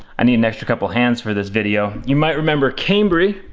i need an extra couple hands for this video. you might remember cambry.